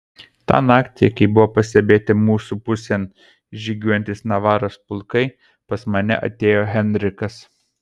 tą naktį kai buvo pastebėti mūsų pusėn žygiuojantys navaros pulkai pas mane atėjo henrikas